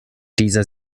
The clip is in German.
dieser